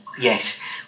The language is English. yes